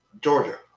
Georgia